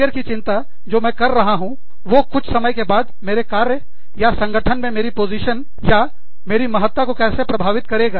career की चिंता जो मैं कर रहा हूँ वो कुछ समय के बाद मेरे कार्य या संगठन में मेरी पोजीशन या मेरी महत्ता को कैसे प्रभावित करेगा